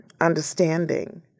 understanding